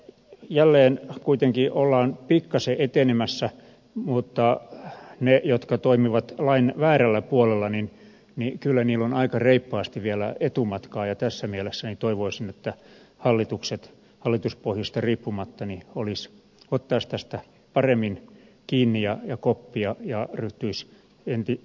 jälleen kuitenkin ollaan pikkasen etenemässä mutta niillä jotka toimivat lain väärällä puolella on kyllä aika reippaasti vielä etumatkaa ja tässä mielessä toivoisin että hallitukset hallituspohjista riippumatta ottaisivat tästä paremmin kiinni ja koppia ja ryhtyisivät entistä ripeämpiin toimenpiteisiin